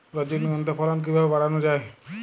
রজনীগন্ধা ফলন কিভাবে বাড়ানো যায়?